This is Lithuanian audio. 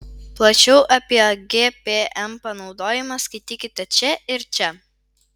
plačiau apie gpm panaudojimą skaitykite čia ir čia